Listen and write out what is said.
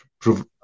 prove